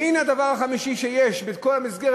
והנה הדבר החמישי שיש, בכל המסגרת.